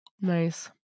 Nice